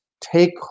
take